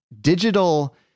digital